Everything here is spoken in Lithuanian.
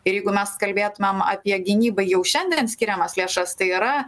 ir jeigu mes kalbėtumėm apie gynybai jau šiandien skiriamas lėšas tai yra